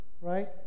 right